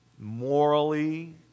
morally